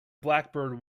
blackbird